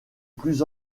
plus